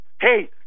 Hey